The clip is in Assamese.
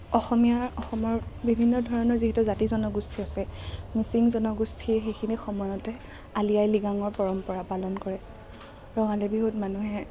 অসমীয়াৰ অসমৰ বিভিন্ন ধৰণৰ যিহেতু জাতি জনগোষ্ঠী আছে মিচিং জনগোষ্ঠীয়ে সেইখিনি সময়তে আলি আই লৃগাঙৰ পৰম্পৰা পালন কৰে ৰঙালী বিহুত মানুহে